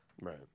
right